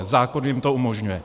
Zákon jim to umožňuje.